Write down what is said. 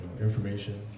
information